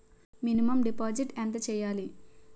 Minimum deposit ఎంత చెయ్యాలి?